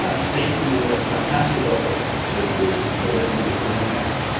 ah steve made a fantastic offer to the listeners of preneurcast.